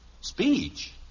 Speech